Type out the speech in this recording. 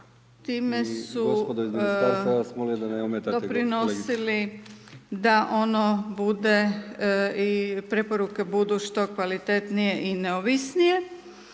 time su doprinosili da ono bude i preporuke budu što kvalitetnije i neovisnije.